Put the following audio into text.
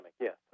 yes